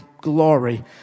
glory